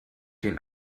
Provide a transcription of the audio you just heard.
den